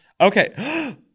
Okay